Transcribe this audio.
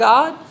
God